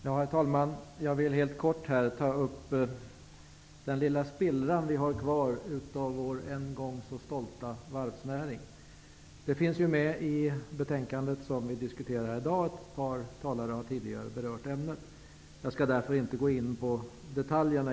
Herr talman! Jag vill helt kort tala om den lilla spillra som finns kvar av vår en gång så stolta varvsnäring. Frågan tas upp i det betänkande som vi diskuterar här i dag, och ett par talare har tidigare berört ämnet. Jag skall därför inte gå in på detaljerna.